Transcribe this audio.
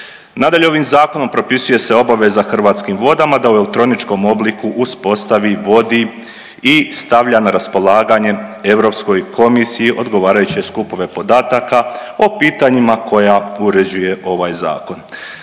Nadalje, ovim Zakonom propisuje se obaveza Hrvatskim vodama da u elektroničkom obliku uspostavi, vodi i stavlja na raspolaganje EK odgovarajuće skupove podataka o pitanjima koja uređuje ovaj Zakon.